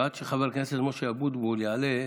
ועד שחבר הכנסת משה אבוטבול יעלה,